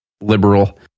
Liberal